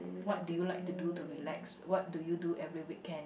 what do you like to do to relax what do you do every weekend